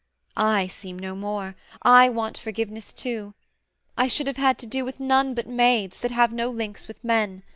i seem no more i want forgiveness too i should have had to do with none but maids, that have no links with men.